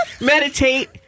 meditate